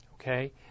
okay